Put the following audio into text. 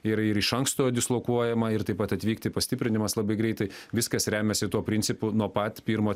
ir ir iš anksto dislokuojama ir taip pat atvykti pastiprinimas labai greitai viskas remiasi tuo principu nuo pat pirmo